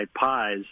pies